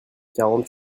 quarante